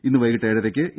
ഇന്ന് വൈകീട്ട് ഏഴരയ്ക്ക് എ